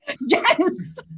Yes